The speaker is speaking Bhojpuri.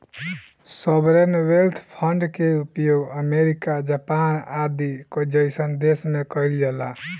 सॉवरेन वेल्थ फंड के उपयोग अमेरिका जापान आदि जईसन देश में कइल जाला